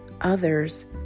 others